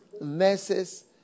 nurses